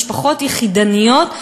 במשפחות יחידניות,